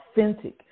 authentic